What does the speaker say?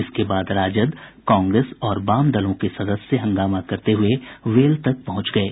इसके बाद राजद कांग्रेस और वाम दलों के सदस्य हंगामा करते हुए वेल तक पहुंच गये